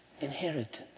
inheritance